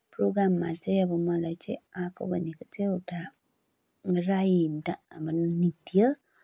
प्रोग्राममा चाहिँ अब मलाई चाहिँ आएको भनेको चाहिँ एउटा राई डा अब नृत्य